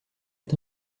est